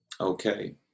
okay